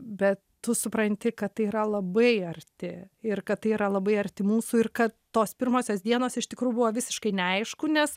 bet tu supranti kad tai yra labai arti ir kad tai yra labai arti mūsų ir kad tos pirmosios dienos iš tikrųjų buvo visiškai neaišku nes